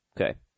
Okay